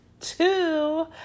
two